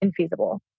infeasible